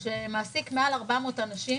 שמעסיק יותר מ-400 עובדים,